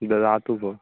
ददातु भोः